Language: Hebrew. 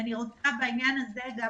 אני רוצה להזכיר